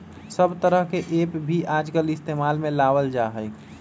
सब तरह के ऐप भी आजकल इस्तेमाल में लावल जाहई